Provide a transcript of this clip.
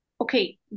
okay